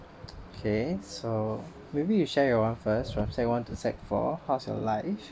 okay so maybe you share your [one] first from sec one to sec four how's your life